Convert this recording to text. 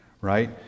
right